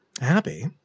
Happy